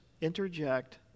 interject